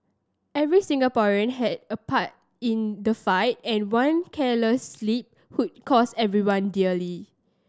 every Singaporean had a part in the fight and one careless slip could cost everyone dearly